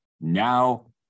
now